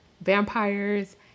Vampires